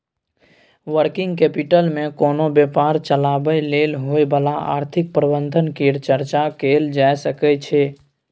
working capital मे कोनो व्यापार चलाबय लेल होइ बला आर्थिक प्रबंधन केर चर्चा कएल जाए सकइ छै